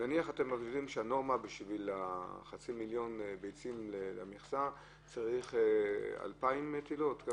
נניח אתם מגדירים שהנורמה לחצי מיליון ביצים למכסה זה 2,000 מטילות.